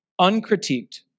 uncritiqued